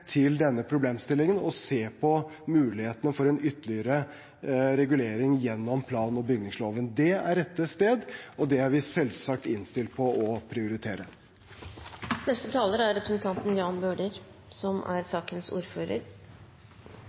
til denne problemstillingen og se på muligheten for en ytterligere regulering gjennom plan- og bygningsloven. Det er rett sted, og det er vi selvsagt innstilt på å prioritere. Jeg vil som